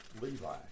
Levi